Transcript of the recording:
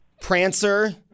Prancer